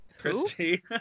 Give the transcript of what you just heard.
Christy